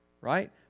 right